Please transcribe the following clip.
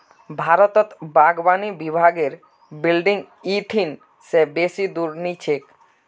भारतत बागवानी विभागेर बिल्डिंग इ ठिन से बेसी दूर नी छेक